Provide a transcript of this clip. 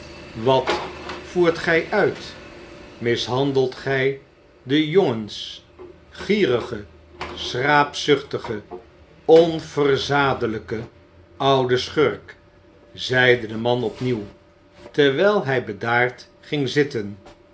wat voert gij uit mishandelt gij de jongens gierige schraapzuchtige on ver za de iij ke oude schurk zeide de man opnieuw terwijl hij bedaard ging zitten